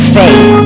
faith